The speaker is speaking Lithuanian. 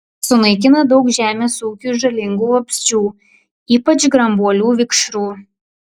sunaikina daug žemės ūkiui žalingų vabzdžių ypač grambuolių vikšrų